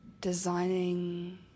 designing